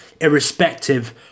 irrespective